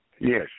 Yes